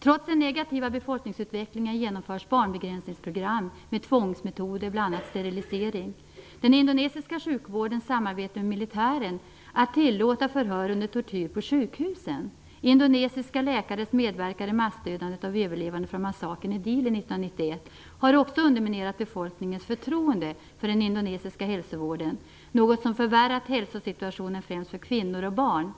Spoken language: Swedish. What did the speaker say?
Trots den negativa befolkningsutvecklingen genomförs barnbegränsningsprogram med tvångsmetoder, bl.a. sterilisering. Den indonesiska sjukvården samarbetar med militären genom att tillåta förhör under tortyr på sjukhusen. Indonesiska läkares medverkan i massdödandet av överlevande från massakern i Dili 1991 har också underminerat befolkningens förtroende för den indonesiska hälsovården, något som förvärrat hälsosituationen främst för kvinnor och barn.